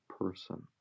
person